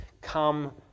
come